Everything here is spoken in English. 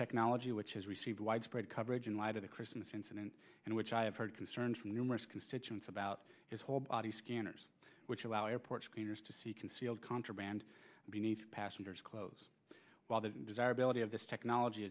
technology which has received widespread coverage in light of the christmas incident in which i have heard concerns from numerous constituents about his whole body scanners which allow airport screeners to see concealed contraband beneath passengers clothes while the desirability of this technology